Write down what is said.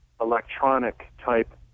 electronic-type